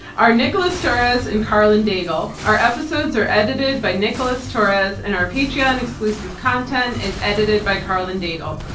are nicholas torres and karlyn daigle. our episodes are edited by nicholas torres and our patreon exclusive content is edited by karlyn daigle.